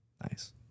Nice